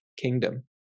kingdom